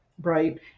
right